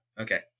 Okay